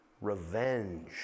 revenge